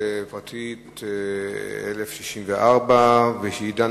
לתיקון